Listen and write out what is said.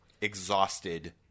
exhausted